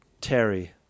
Terry